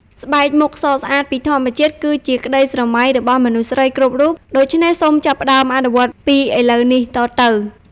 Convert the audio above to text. ស្បែកមុខសស្អាតពីធម្មជាតិ គឺជាក្តីស្រមៃរបស់មនុស្សស្រីគ្រប់រូប ដូច្នេះសូមចាប់ផ្តើមអនុវត្តពីឥឡូវនេះទៅ។